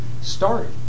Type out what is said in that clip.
Start